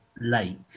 Lake